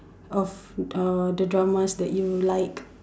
of uh the dramas that you like